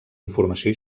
informació